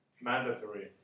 mandatory